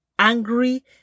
angry